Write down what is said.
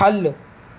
ख'ल्ल